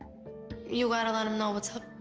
you gotta let him know what's up.